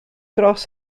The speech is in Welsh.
dros